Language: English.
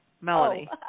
Melody